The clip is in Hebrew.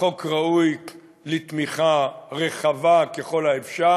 החוק ראוי לתמיכה רחבה ככל האפשר,